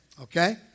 Okay